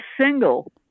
single